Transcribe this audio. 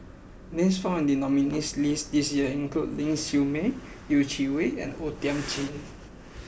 names found in the nominees' list this year include Ling Siew May Yeh Chi Wei and O Thiam Chin